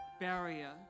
barrier